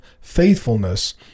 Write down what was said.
faithfulness